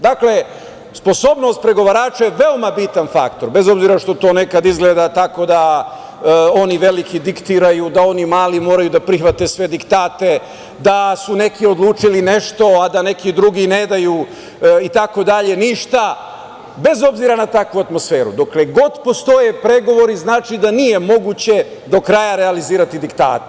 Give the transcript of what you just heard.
Dakle, sposobnost pregovarača je veoma bitan faktor, bez obzira što to nekad izgleda tako da oni veliki diktiraju a da oni mali moraju da prihvate sve diktate, da su neki odlučili nešto a da neki drugi ne daju ništa, itd, bez obzira na takvu atmosferu, dokle god postoje pregovori znači da nije moguće do kraja realizovati diktate.